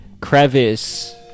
crevice